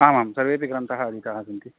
आमां सर्वेपि ग्रन्थाः अधीताः सन्ति